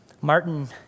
Martin